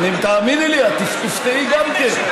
תאמיני לי, את תופתעי גם כן.